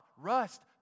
rust